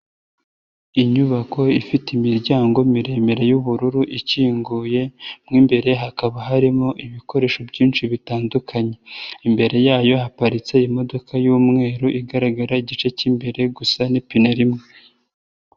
Inyubako ifite imiryango miremire y'ubururu ikinguye mo imbere hakaba harimo ibikoresho byinshi bitandukanye, imbere yayo haparitse imodoka y'umweru igaragara igice k'imbere gusa n'ipine rimwe.